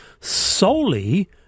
solely